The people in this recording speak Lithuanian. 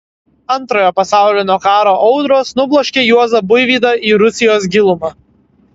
antrojo pasaulinio karo audros nubloškė juozą buivydą į rusijos gilumą